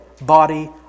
body